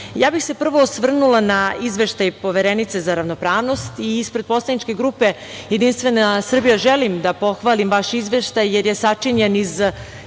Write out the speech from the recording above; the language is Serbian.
bih se osvrnula na Izveštaj Poverenice za ravnopravnost i ispred poslaničke grupe JS želim da pohvalim vaš Izveštaj, jer je sačinjen iz